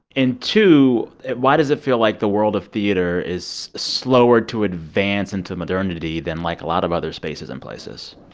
and two, why does it feel like the world of theater is slower to advance into modernity than, like, a lot of other spaces and places?